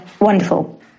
wonderful